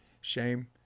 shame